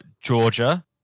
Georgia